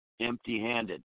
empty-handed